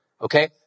okay